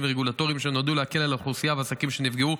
ורגולטוריים שנועדו להקל על האוכלוסייה והעסקים שנפגעו.